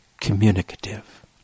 communicative